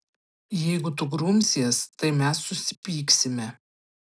jeigu tu grumsies tai mes susipyksime